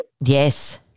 Yes